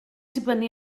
dibynnu